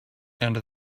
and